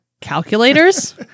calculators